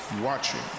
watching